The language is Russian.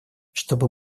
чтобы